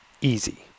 easy